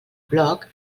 bloc